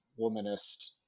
womanist